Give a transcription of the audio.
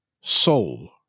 soul